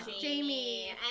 jamie